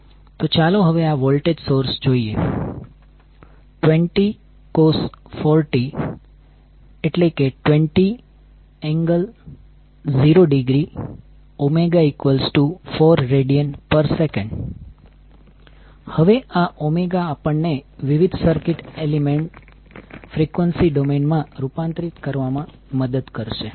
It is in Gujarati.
તો ચાલો હવે આ વોલ્ટેજ સોર્સ જોઈએ 20 cos 4t ⇒20∠0°ω4rads હવે આω આપણને વિવિધ સર્કિટ એલિમેન્ટસ ફ્રીક્વન્સી ડોમેઇન માં રૂપાંતરિત કરવામાં મદદ કરશે